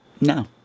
No